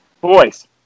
Boys